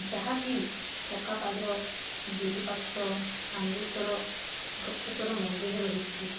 ଯାହାକି ଚକାପାଦର ବିରୁପାକ୍ଷ ଆନ୍ଦେଶ୍ଵର ଗୁପ୍ତେଶ୍ୱର ମନ୍ଦିର ରହିଛି